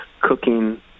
cooking